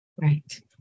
Right